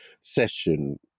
session